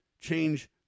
change